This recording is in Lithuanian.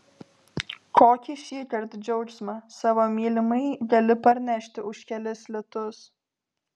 kokį šįkart džiaugsmą savo mylimajai gali parnešti už kelis litus